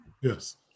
Yes